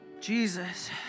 Jesus